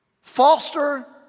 foster